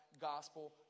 gospel